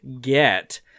get